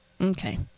Okay